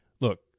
Look